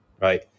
right